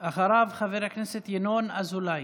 אחריו, חבר הכנסת ינון אזולאי.